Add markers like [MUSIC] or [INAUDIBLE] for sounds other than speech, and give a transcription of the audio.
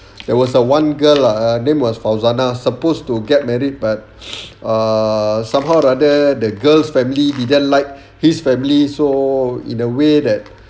there was a one girl ah her name was fauzana supposed to get married but [BREATH] uh somehow rather the girl's family didn't like his family so in a way that